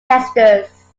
gestures